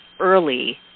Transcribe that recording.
early